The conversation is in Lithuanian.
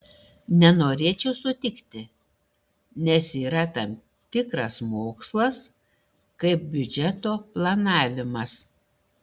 nenorėčiau sutikti nes yra tam tikras mokslas kaip biudžeto planavimas